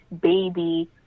baby